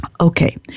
Okay